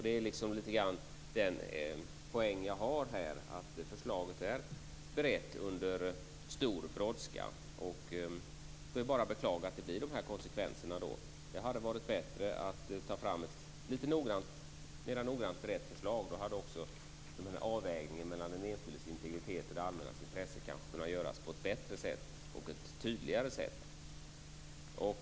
Det är den poäng jag har, dvs. att förslaget är berett under stor brådska. Det är bara att beklaga att det blir dessa konsekvenser. Det hade varit bättre att ta fram ett mera noggrant berett förslag. Då hade också avvägningen mellan den enskildes integritet och det allmännas intresse kanske kunnat göras på ett bättre och tydligare sätt.